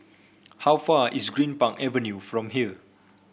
how far is Greenpark Avenue from here